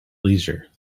leisure